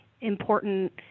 important